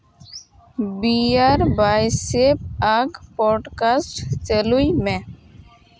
ᱵᱤᱭᱟᱨᱵᱟᱭᱥᱮ ᱟᱜ ᱵᱚᱨᱰᱠᱟᱥᱴ ᱪᱟᱹᱞᱩᱭ ᱢᱮ